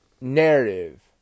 narrative